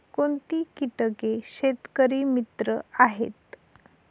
कोणती किटके शेतकरी मित्र आहेत?